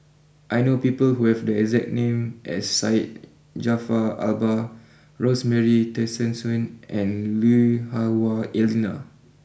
I know people who have the exact name as Syed Jaafar Albar Rosemary Tessensohn and Lui Hah Wah Elena